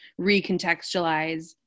recontextualize